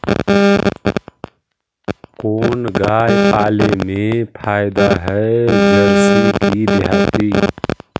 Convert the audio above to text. कोन गाय पाले मे फायदा है जरसी कि देहाती?